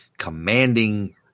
Commanding